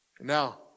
Now